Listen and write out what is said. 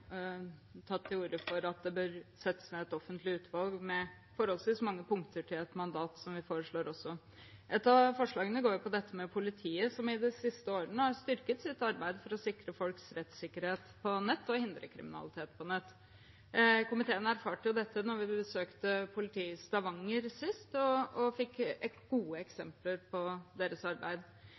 tatt til orde for at det bør settes ned et offentlig utvalg, med forholdsvis mange punkter i et forslag til mandat, som vi også har. Et av forslagene går på dette med politiet, som de siste årene har styrket sitt arbeid med å sikre folks rettssikkerhet på nett og hindre kriminalitet på nett. Komiteen erfarte dette da vi besøkte politiet i Stavanger sist, og fikk gode eksempler på deres arbeid.